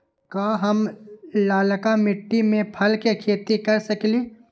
का हम लालका मिट्टी में फल के खेती कर सकेली?